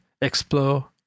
explore